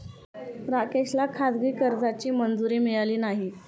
राकेशला खाजगी कर्जाची मंजुरी मिळाली नाही